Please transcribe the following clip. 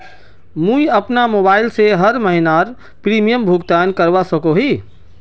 मुई अपना मोबाईल से हर महीनार प्रीमियम भुगतान करवा सकोहो ही?